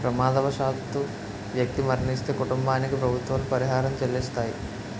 ప్రమాదవశాత్తు వ్యక్తి మరణిస్తే కుటుంబానికి ప్రభుత్వాలు పరిహారం చెల్లిస్తాయి